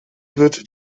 wird